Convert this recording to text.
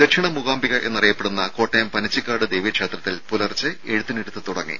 ദക്ഷിണ മൂകാംബിക എന്നറിയപ്പെടുന്ന കോട്ടയം പനച്ചിക്കാട് ദേവീക്ഷേത്രത്തിൽ പുലർച്ചെ എഴുത്തിനിരുത്ത് തുടങ്ങി